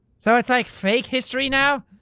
so it's like fake history now?